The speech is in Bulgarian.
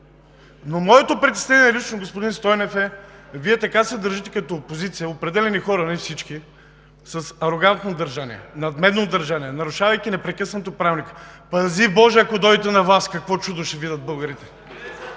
Моето притеснение, господин Стойнев, е, че Вие така се държите като опозиция – определени хора – не всички, с арогантно, надменно държание, нарушавайки непрекъснато Правилника. Пази боже, ако дойдете на власт, какво чудо ще видят българите!